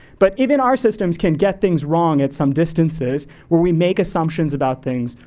but even our systems can get things wrong at some distances, where we make assumptions about things,